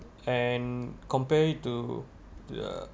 and compared to the